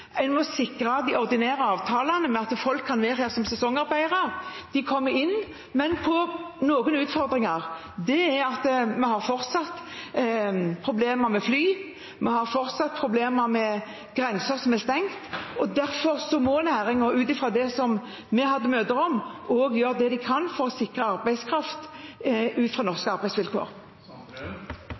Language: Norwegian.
at folk kan være her som sesongarbeidere. De kommer inn, men med noen utfordringer. Det er fortsatt problemer med flytrafikken og grenser som er stengte. Derfor må næringen – ut fra det vi hadde møter om – også gjøre det de kan for å sikre seg arbeidskraft med norske arbeidsvilkår.